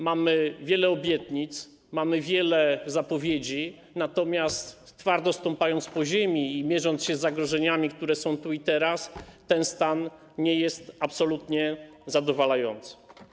Mamy wiele obietnic, mamy wiele zapowiedzi, natomiast twardo stąpając po ziemi i mierząc się z zagrożeniami, które są tu i teraz, trzeba powiedzieć, że ten stan nie jest absolutnie zadowalający.